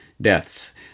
deaths